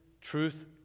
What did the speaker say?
truth